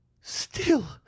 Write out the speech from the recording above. Still